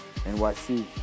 NYC